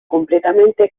completamente